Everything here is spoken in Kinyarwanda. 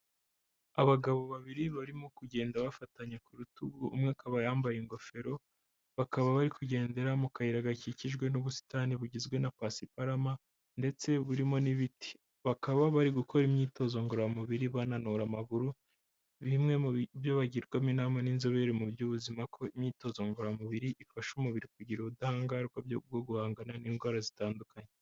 Abagabo babiri barimo kugenda bafatanya ku rutugu, umwe akaba yambaye ingofero. Bakaba bari kugendera mu kayira gakikijwe n'ubusitani bugizwe na pasiparama ndetse burimo n'ibiti. Bakaba bari gukora imyitozo ngororamubiri bananura amaguru, bimwe mu byo bagirwamo inama n'inzobere mu by'ubuzima, ko imyitozo ngororamubiri ifasha umubiri kugira ubudahangarwa bwo guhangana n'indwara zitandukanye.